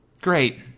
Great